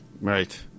Right